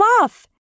off